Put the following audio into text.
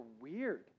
weird